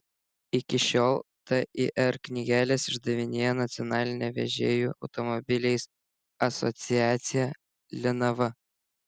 iki šiol tir knygeles išdavinėja nacionalinė vežėjų automobiliais asociacija linava